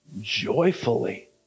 joyfully